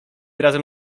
razem